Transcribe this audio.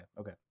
Okay